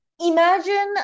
imagine